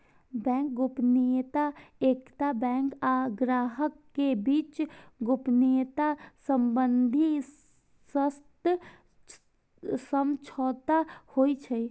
bank गोपनीयता एकटा bank आ ग्राहक के बीच गोपनीयता संबंधी सशर्त समझौता होइ छै